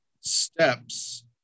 steps